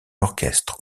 orchestre